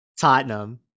Tottenham